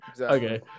Okay